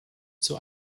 zur